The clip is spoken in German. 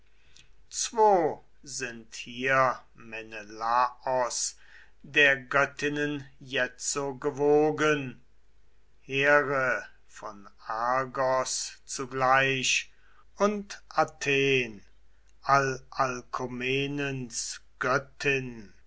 sind hier menelaos der göttinnen jetzo gewogen here von argos zugleich und athen alalkomenens göttin